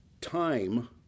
time